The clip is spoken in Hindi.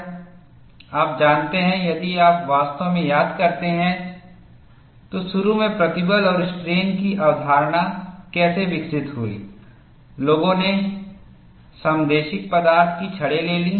आप जानते हैं यदि आप वास्तव में याद करते हैं तो शुरू में प्रतिबल और स्ट्रेन की अवधारणा कैसे विकसित हुई लोगों ने समदेशिकपदार्थ की छड़ें ले लीं